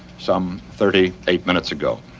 some thirty eight minutes ago.